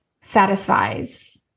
satisfies